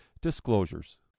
disclosures